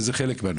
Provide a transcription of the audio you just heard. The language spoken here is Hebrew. קמפיין,